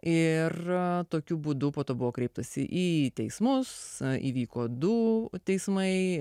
ir tokiu būdu po to buvo kreiptasi į teismus įvyko du teismai